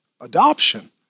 Adoption